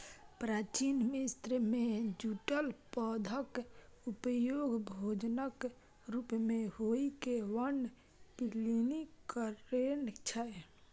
प्राचीन मिस्र मे जूटक पौधाक उपयोग भोजनक रूप मे होइ के वर्णन प्लिनी कयने छै